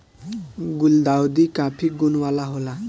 गुलदाउदी काफी गुण वाला होला